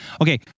okay